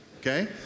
Okay